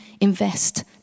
invest